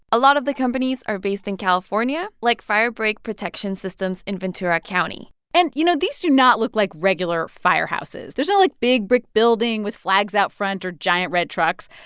a lot of the companies are based in california, like fire break protection systems in ventura county and, you know, these do not look like regular firehouses. there's no, like, big brick building with flags out front or giant red trucks.